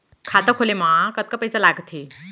खाता खोले मा कतका पइसा लागथे?